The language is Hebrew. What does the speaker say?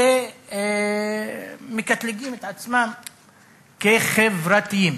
ומקטלגים את עצמם כחברתיים.